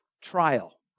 trial